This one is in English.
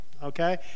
Okay